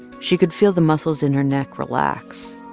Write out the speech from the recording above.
she could feel the muscles in her neck relax.